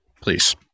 please